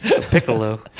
piccolo